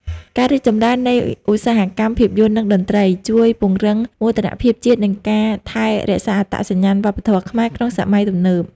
ការរីកចម្រើននៃឧស្សាហកម្មភាពយន្ត និងតន្ត្រី ជួយពង្រឹងមោទនភាពជាតិ និងការថែរក្សាអត្តសញ្ញាណវប្បធម៌ខ្មែរក្នុងសម័យទំនើប។